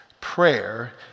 prayer